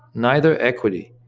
neither equity,